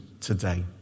today